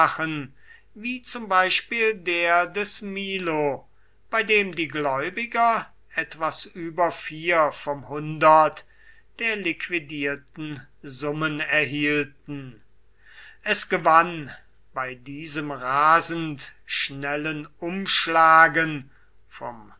wie zum beispiel der des milo bei dem die gläubiger etwas über vier vom hundert der liquidierten summen erhielten es gewann bei diesem rasend schnellen umschlagen vom